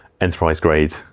enterprise-grade